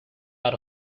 out